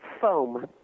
foam